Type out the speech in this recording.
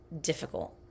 difficult